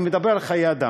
אני מדבר על חיי אדם.